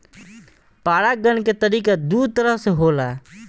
परागण के तरिका दू तरह से होला